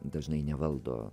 dažnai nevaldo